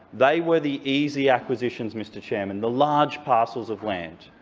they were the easy acquisitions, mr chairman, the large parcels of land.